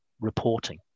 reporting